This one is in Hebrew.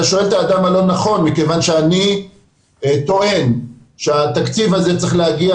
אתה שואל את האדם הלא נכון מכיוון שאני טוען שהתקציב הזה צריך להגיע,